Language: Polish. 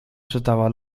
czytała